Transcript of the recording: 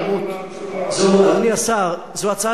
אבל לא מאצולת הכסף.